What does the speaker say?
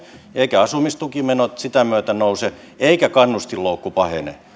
eivätkä asumistukimenot sitä myöten nouse eikä kannustinloukku pahene